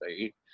right